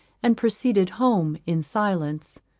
and proceeded home in silence.